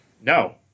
No